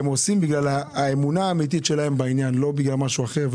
הם עושים בגלל האמונה האמיתית שלהם בעניין ולא בגלל משהו אחר.